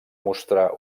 mostrar